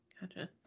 gotcha